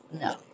no